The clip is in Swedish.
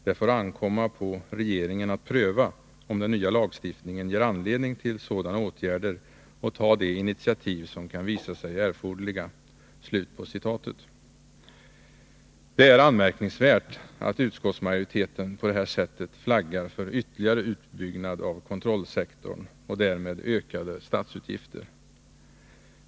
Det får ankomma på regeringen att pröva om den nya lagstiftningen ger anledning till sådana åtgärder och ta de initiativ som kan visa sig erforderliga.” Det är anmärkningsvärt att utskottsmajoriteten på det här sättet flaggar för ytterligare utbyggnad av kontrollsektorn och därmed ökade statsutgifter.